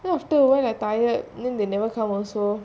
then after awhile I tired then they never come also